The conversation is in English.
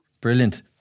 Brilliant